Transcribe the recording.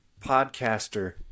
podcaster